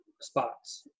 spots